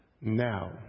now